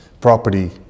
property